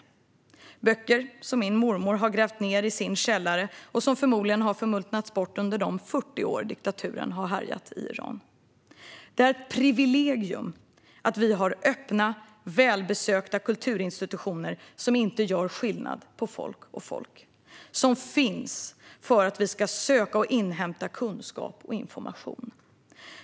Jag kan låna böcker som dem min mormor har grävt ned i sin källare och som förmodligen har förmultnat under de 40 år diktaturen har härjat i Iran. Det är ett privilegium att vi har öppna, välbesökta kulturinstitutioner som inte gör skillnad på folk och folk och som finns för att vi ska söka och inhämta kunskap och information.